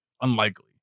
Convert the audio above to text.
unlikely